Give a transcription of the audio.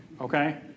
okay